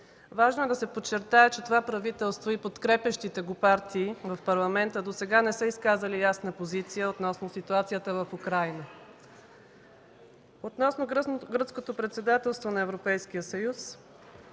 Важно е да се подчертае, че това правителство и подкрепящите го партии в Парламента досега не са изказали ясна позиция относно ситуацията в Украйна. Относно Гръцкото председателство на Европейския съюз